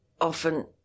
often